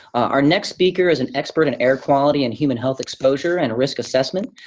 our next speaker is an expert in air quality and human health exposure and risk assessment.